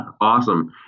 Awesome